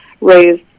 raised